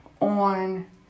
on